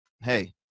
hey